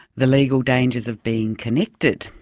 the legal dangers of being connected.